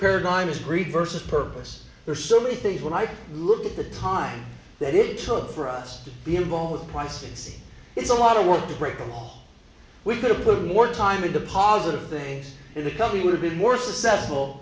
paradigm is greed versus purpose there are so many things when i look at the time that it took for us to be involved with prices it's a lot of work to break the law we could have put more time in the positive things in the company would have been more succe